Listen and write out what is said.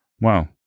Wow